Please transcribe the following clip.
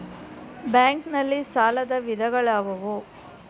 Bank ನಲ್ಲಿ ಸಾಲದ ವಿಧಗಳಾವುವು?